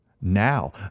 Now